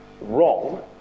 wrong